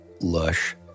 lush